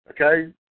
Okay